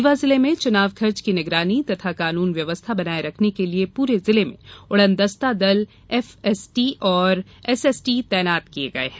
रीवा जिले में चुनाव खर्च की निगरानी तथा कानून व्यवस्था बनाये रखने के लिए पूरे जिले में उडनदस्ता दल एफएसटी तथा एसएसटी तैनात किये गये हैं